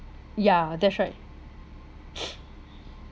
ya that's right